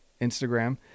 Instagram